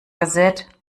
gesät